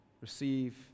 Receive